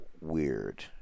weird